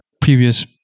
previous